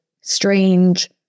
strange